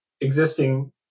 existing